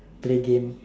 play game